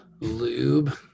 lube